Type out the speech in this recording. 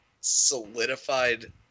solidified